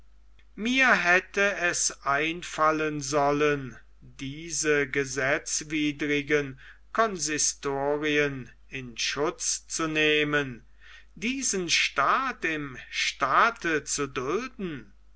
mir hätte es einfallen sollen diese gesetzwidrigen consistorien in schutz zu nehmen diesen staat im staate zu dulden